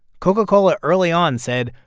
coca-cola early on said,